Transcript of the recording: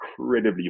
incredibly